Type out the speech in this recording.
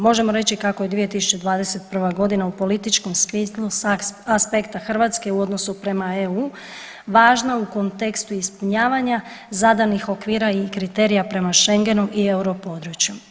Možemo reći kako je 2021. godina u političkom smislu sa aspekta Hrvatske u odnosu prema EU važna u kontekstu ispunjavanja zadanih okvira i kriterija prema Schengenu i europodručju.